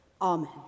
Amen